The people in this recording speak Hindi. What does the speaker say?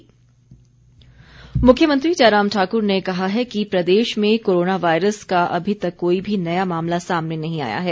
मुख्यमंत्री मुख्यमंत्री जयराम ठाकुर ने कहा है कि प्रदेश में कोरोना वायरस का अभी तक कोई भी नया मामला सामने नहीं आया है